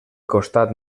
costat